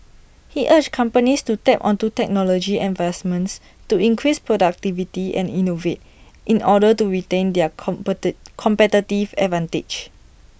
he urged companies to tap onto technology advancements to increase productivity and innovate in order to retain their compete competitive advantage